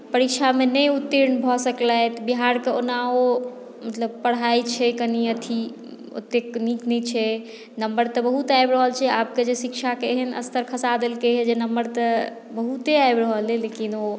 परीक्षामे नहि उत्तीर्ण भऽ सकलथि बिहारके ओनाहो जे पढ़ाइ छै कने अथी ओतेक नीक नहि छै नम्बर तऽ बहुत आबि रहल छै आब के जे शिक्षाके जे एहन स्तर खसा देलकैए जे नम्बर तऽ बहुते आबि रहलैए लेकिन ओ